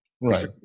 Right